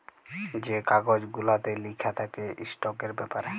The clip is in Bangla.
যে কাগজ গুলাতে লিখা থ্যাকে ইস্টকের ব্যাপারে